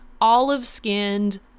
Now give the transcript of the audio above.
Olive-skinned